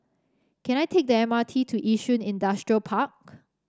can I take the M R T to Yishun Industrial Park